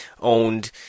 owned